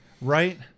Right